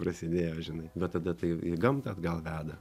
prasidėjo žinai bet tada tai į gamtą atgal veda